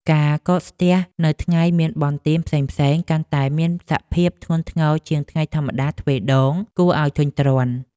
ការកកស្ទះនៅថ្ងៃមានបុណ្យទានផ្សេងៗកាន់តែមានសភាពធ្ងន់ធ្ងរជាងថ្ងៃធម្មតាទ្វេដងគួរឱ្យធុញទ្រាន់។